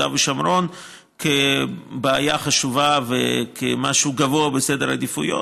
ושומרון כבעיה חשובה וכמשהו גבוה בסדר עדיפויות,